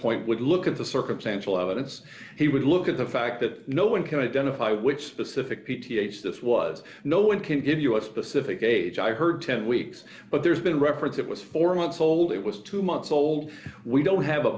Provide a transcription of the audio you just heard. point would look at the circumstantial evidence he would look at the fact that no one can identify which specific p t a s this was no one can give you a specific age i heard ten weeks but there's been reference it was four months old it was two months old we don't have a